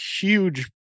huge